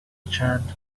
چند